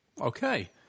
Okay